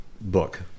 book